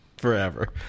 Forever